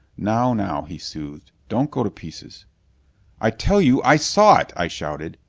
now, now, he soothed, don't go to pieces i tell you i saw it! i shouted.